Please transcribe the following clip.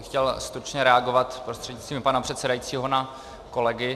Já bych chtěl stručně reagovat prostřednictvím pana předsedajícího na kolegy.